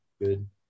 good